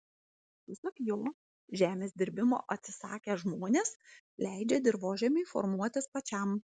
pasak jo žemės dirbimo atsisakę žmonės leidžia dirvožemiui formuotis pačiam